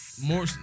more